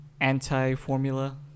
anti-formula